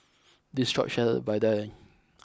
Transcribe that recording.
this shop sells Vadai